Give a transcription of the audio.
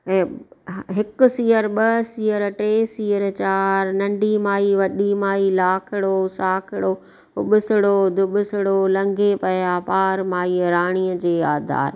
ऐं हिकु सीअर ॿ सीअर टे सीअर चारि नंढी माई वॾी माई लाखिड़ो साखिड़ो उॿसिड़ो दुॿससिड़ो लंघे पिया पार माईअ राणीअ जे आधार